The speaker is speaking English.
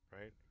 right